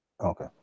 Okay